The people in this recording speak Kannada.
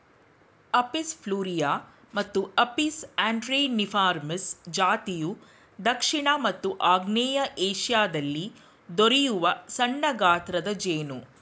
ಅಪಿಸ್ ಫ್ಲೊರಿಯಾ ಮತ್ತು ಅಪಿಸ್ ಅಂಡ್ರೆನಿಫಾರ್ಮಿಸ್ ಜಾತಿಯು ದಕ್ಷಿಣ ಮತ್ತು ಆಗ್ನೇಯ ಏಶಿಯಾದಲ್ಲಿ ದೊರೆಯುವ ಸಣ್ಣಗಾತ್ರದ ಜೇನು